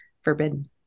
Forbidden